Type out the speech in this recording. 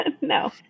No